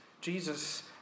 Jesus